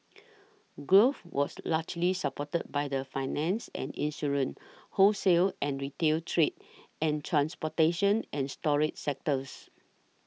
growth was largely supported by the finance and insurance wholesale and retail trade and transportation and storage sectors